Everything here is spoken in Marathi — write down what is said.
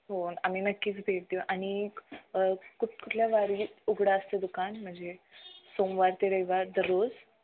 हो आम्ही नक्कीच भेट देऊ आणि कुठ कुठल्या वारी उघडा असते दुकान म्हणजे सोमवार ते रविवार दररोज